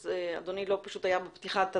אדוני לא היה בפתיחת הדיון.